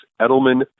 Edelman